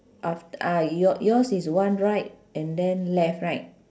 af~ ah your yours is one right and then left right